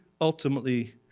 ultimately